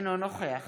אינו נוכח